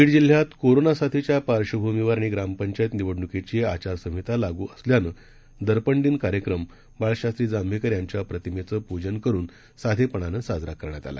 बीडजिल्ह्यातकोरोनासाथीच्यापार्श्वभूमीवरआणिग्रामपंचायतनिवडणूकीचीआचारसंहितालागूअसल्यानंदर्पणदिन कार्यक्रमबाळशास्त्रीजांभेकरयांच्याप्रतिमेचंपूजनकरूनसाधेपणानंसाजराकरण्यातआला